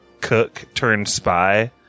cook-turned-spy